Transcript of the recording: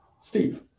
Steve